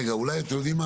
רגע, אולי, אתם יודעים מה?